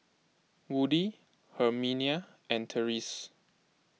Woody Herminia and Terese